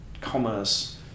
commerce